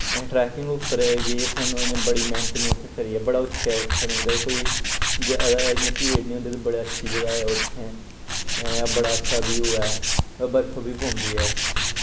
असीं ट्रैकिंग उप्पर गे साणु इ'यां बड़ी मैह्नत मूह्नत करियै बड़ा उच्छे ऐ उत्थै मतलब कोई जैदा इ'यां भीड़ निं होंदी ते बड़ी अच्छी जगह् ऐ उत्थैं बड़ा अच्छा व्यू ऐ और बर्फ वी पौंदी ऐ